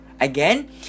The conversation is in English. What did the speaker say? Again